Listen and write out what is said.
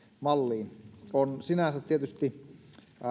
malliin on sinänsä tietysti